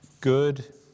good